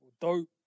dope